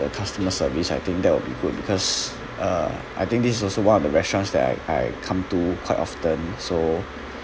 the customer service I think that will be good because uh I think this is also one of the restaurants that I I come to quite often so